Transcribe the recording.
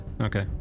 Okay